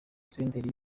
senderi